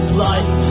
life